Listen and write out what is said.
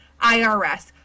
irs